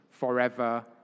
forever